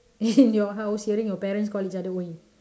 in your house hearing your parents calling each other !oi!